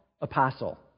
Apostle